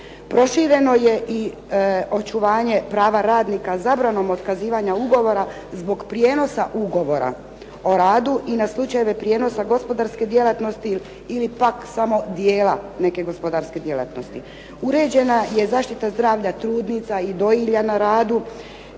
Prošireno je i očuvanje prava radnika zabranom otkazivanja ugovora, zbog prijenosa ugovora o radu i na slučajeve prijenosa gospodarske djelatnosti ili pak samo dijela neke gospodarske djelatnosti. Uređena je zaštita zdravlja trudnica i dojilja na radu